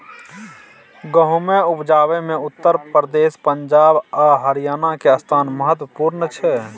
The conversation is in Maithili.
गहुम उपजाबै मे उत्तर प्रदेश, पंजाब आ हरियाणा के स्थान महत्वपूर्ण छइ